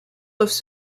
doivent